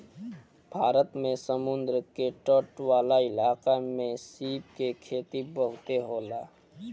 भारत में समुंद्र के तट वाला इलाका में सीप के खेती बहुते होला